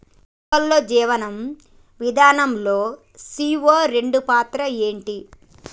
మొక్కల్లో జీవనం విధానం లో సీ.ఓ రెండు పాత్ర ఏంటి?